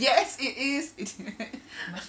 yes it is idiot